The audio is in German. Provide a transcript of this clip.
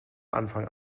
anfang